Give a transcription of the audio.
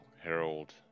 Harold